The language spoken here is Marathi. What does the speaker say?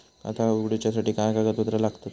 खाता उगडूच्यासाठी काय कागदपत्रा लागतत?